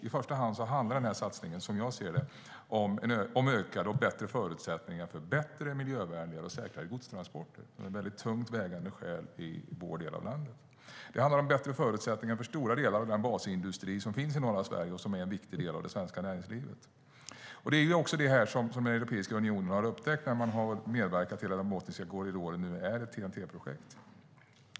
I första hand handlar satsningen om ökade och bättre förutsättningar för bättre, miljövänligare och säkrare godstransporter. Det är väldigt tungt vägande skäl i norra delen av landet. Det handlar om bättre förutsättningar för stora delar av den basindustri som finns i norra Sverige och som är en viktig del av det svenska näringslivet. Det här har Europeiska unionen upptäckt och medverkat till att Botniska korridoren nu är ett TEN-T-projekt.